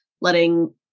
letting